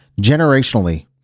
generationally